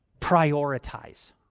prioritize